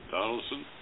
Donaldson